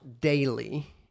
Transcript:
daily